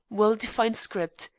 well-defined script,